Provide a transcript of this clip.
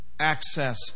access